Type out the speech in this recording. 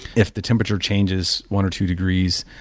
if the temperature changes one or two degrees,